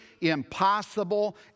impossible